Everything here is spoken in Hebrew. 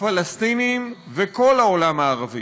הפלסטינים וכל העולם הערבי,